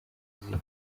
aziya